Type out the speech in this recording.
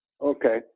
Okay